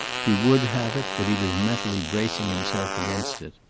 he would have it, but he was mentally bracing himself against it.